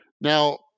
Now